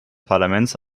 parlaments